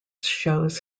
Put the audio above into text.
shows